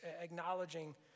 acknowledging